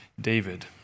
David